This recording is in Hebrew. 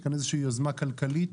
הינה עוד אחת,